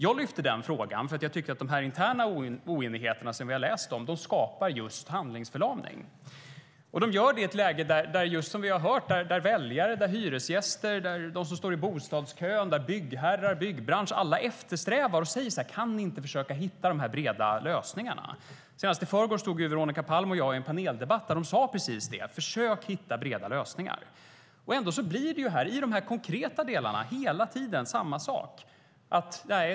Jag lyfte upp frågan därför att jag tycker att de interna oenigheter vi har läst om skapar just handlingsförlamning, och de gör det i ett läge där såväl väljare, hyresgäster och de som står i bostadskön som byggherrar och byggbransch - ja, alla - säger: Kan ni inte försöka hitta de breda lösningarna? Senast i förrgår stod Veronica Palm och jag i en paneldebatt där de sade precis det: Försök hitta breda lösningar! Ändå blir det i de konkreta delarna hela tiden samma sak.